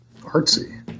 Artsy